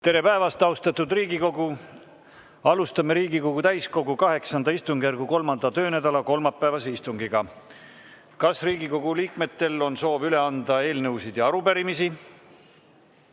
Tere päevast, austatud Riigikogu! Alustame Riigikogu täiskogu VIII istungjärgu 3. töönädala kolmapäevast istungit. Kas Riigikogu liikmetel on soovi üle anda eelnõusid ja arupärimisi?